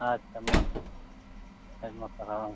ᱟᱪᱪᱷᱟ ᱢᱟ ᱟᱭᱢᱟ ᱥᱟᱨᱦᱟᱣ